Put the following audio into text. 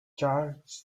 charles